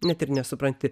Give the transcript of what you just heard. net ir nesupranti